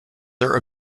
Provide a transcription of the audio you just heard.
their